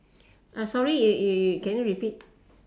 uh sorry you you you you can you repeat